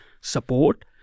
support